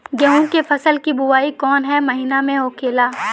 गेहूँ के फसल की बुवाई कौन हैं महीना में होखेला?